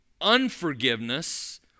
unforgiveness